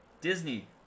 disney